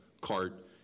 cart